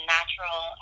natural